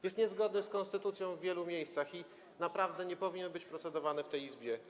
Jest niezgodny z konstytucją w wielu miejscach i naprawdę nie powinien być procedowany w tej Izbie.